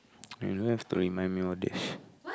you don't have to remind me all these